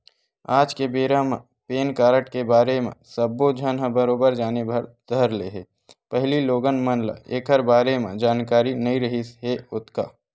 आज के बेरा म पेन कारड के बारे म सब्बो झन ह बरोबर जाने बर धर ले हे पहिली लोगन मन ल ऐखर बारे म जानकारी नइ रिहिस हे ओतका